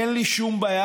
אין לי שום בעיה,